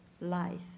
life